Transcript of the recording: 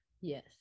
yes